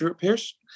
Pierce